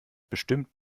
bestimmt